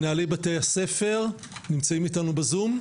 מנהלי בתי הספר נמצאים איתנו ב-zoom,